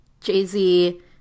Jay-Z